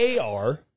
AR